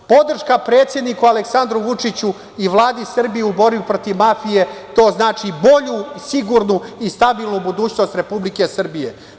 Podrška predsedniku Aleksandru Vučiću i Vladi Srbije u borbi protiv mafije, to znači bolju, sigurnu i stabilnu budućnost Republike Srbije.